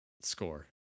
Score